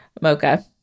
Mocha